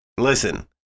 Listen